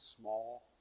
small